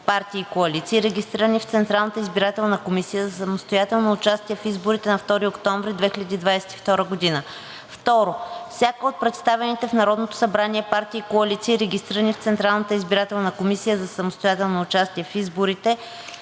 партии и коалиции, регистрирани в Централната избирателна комисия за самостоятелно участие в изборите на 2 октомври 2022 г. 2. Всяка от представените в Народното събрание партии и коалиции, регистрирани в Централната избирателна комисия за самостоятелно участие в изборите